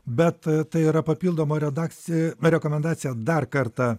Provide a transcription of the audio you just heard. bet tai yra papildoma redakci rekomendacija dar kartą